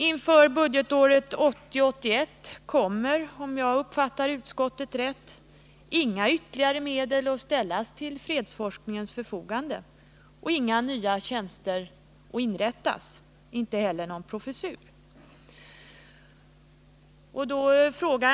Inför budgetåret 1980/81 18 december 1979 kommer, om jag uppfattar utskottet rätt, inga ytterligare medel att ställas till fredsforskningens förfogande och inga nya tjänster att inrättas, inte heller — Fredsoch konnågon professur.